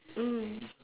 mm